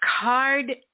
card